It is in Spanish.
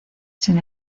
sin